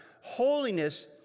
Holiness